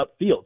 upfield